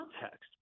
context